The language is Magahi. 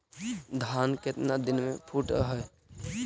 धान केतना दिन में फुट है?